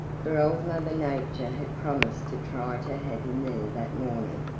for old mother nature had promised to try to have him there that morning.